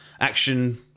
Action